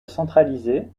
centralisé